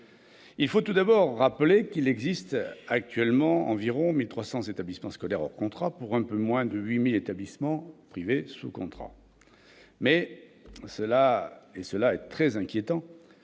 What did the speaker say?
Il faut tout d'abord rappeler qu'il existe actuellement environ 1 300 établissements scolaires hors contrat pour un peu moins de 8 000 établissements sous contrat. Mais, et cela est très inquiétant,